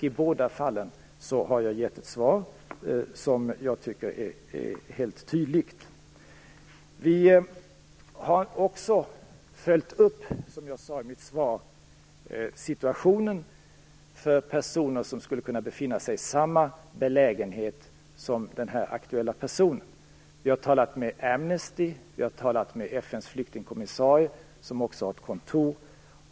I båda fallen har jag givit ett svar som jag tycker är tydligt. Vi har också följt upp, som jag sade i mitt svar, situationen för personer som skulle kunna befinna sig i samma belägenhet som den här aktuella personen. Vi har talat med Amnesty. Vi har talat med FN:s flyktingkommissarie, som också har ett kontor.